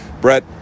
Brett